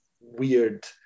weird